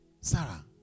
Sarah